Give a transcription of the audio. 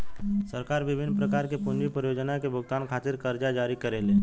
सरकार बिभिन्न प्रकार के पूंजी परियोजना के भुगतान खातिर करजा जारी करेले